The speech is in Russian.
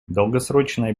долгосрочная